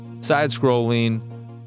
side-scrolling